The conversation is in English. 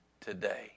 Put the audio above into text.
today